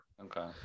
Okay